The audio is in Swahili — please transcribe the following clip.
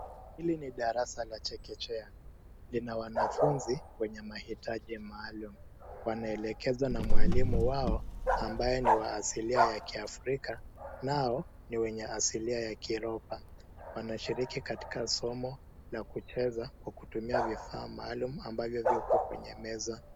Hili ni darasa la chekechea. Lina wanafunzi wenye mahitaji maalum. Wanaelekezwa na mwalimu wao ambaye ni wa asilia ya kiafrika nao ni wenye asilia ya kiuropa. Wanashiriki katika somo la kucheza kwa kutumia vifaa maalum ambavyo viko kwenye meza.